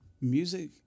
Music